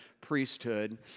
priesthood